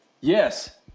Yes